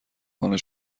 خانه